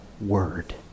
word